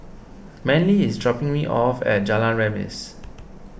Manley is dropping me off at Jalan Remis